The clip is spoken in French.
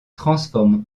transforme